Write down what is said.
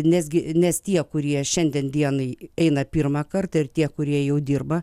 nesgi nes tie kurie šiandien dienai eina pirmą kartą ir tie kurie jau dirba